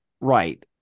Right